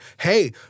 hey